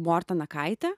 morta nakaitė